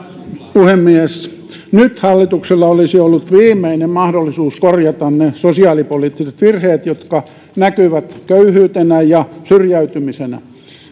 puhemies nyt hallituksella olisi ollut viimeinen mahdollisuus korjata ne sosiaalipoliittiset virheet jotka näkyvät köyhyytenä ja syrjäytymisenä